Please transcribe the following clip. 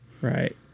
right